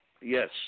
Yes